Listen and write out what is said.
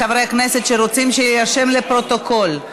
חברי הכנסת שרוצים שיירשם לפרוטוקול.